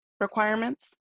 requirements